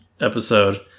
episode